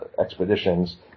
expeditions